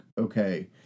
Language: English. okay